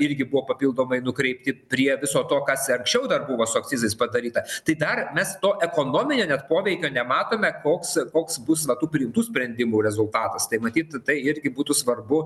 irgi buvo papildomai nukreipti prie viso to kas anksčiau dar buvo su akcizais padaryta tai dar mes to ekonominio net poveikio nematome koks koks bus va tų priimtų sprendimų rezultatas tai matyt tai irgi būtų svarbu